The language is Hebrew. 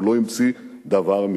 הוא לא המציא דבר מזה,